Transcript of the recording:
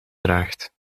draagt